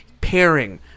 pairing